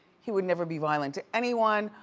he would never be violent to anyone,